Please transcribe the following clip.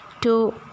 two